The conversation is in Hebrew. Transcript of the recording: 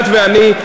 את ואני,